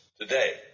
today